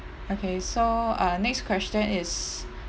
okay so uh next question is